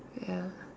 ya